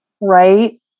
Right